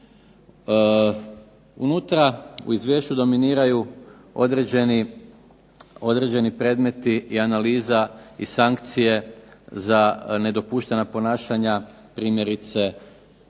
Unutra u izvješću dominiraju određeni predmeti i analiza i sankcije za nedopuštena ponašanja primjerice